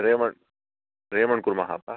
Raymond Raymond कुर्मः वा